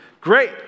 Great